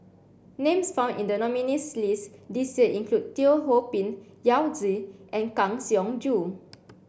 names found in the nominees' list this year include Teo Ho Pin Yao Zi and Kang Siong Joo